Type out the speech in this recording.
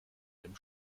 dem